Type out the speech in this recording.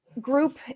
group